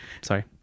sorry